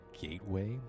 gateway